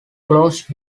closed